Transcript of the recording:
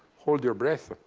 hold your breath,